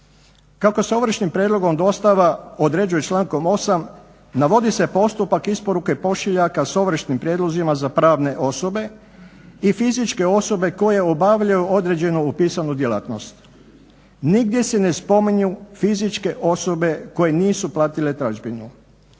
Kako se ovršnim prijedlogom dostava određuje člankom 8. navodi se postupak isporuke pošiljaka s ovršnim prijedlozima za pravne osobe i fizičke osobe koje obavljaju određenu upisanu djelatnost. Nigdje se ne spominju fizičke osobe koje nisu platile tražbinu.